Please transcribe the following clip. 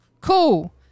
Cool